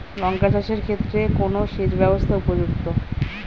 লঙ্কা চাষের ক্ষেত্রে কোন সেচব্যবস্থা উপযুক্ত?